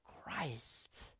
Christ